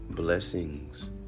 Blessings